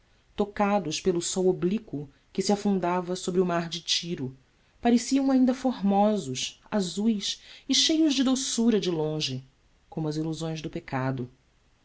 tocados pelo sol oblíquo que se afundava sobre o mar de tiro pareciam ainda formosos azuis e cheios de doçura de longe como as ilusões do pecado